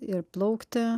ir plaukti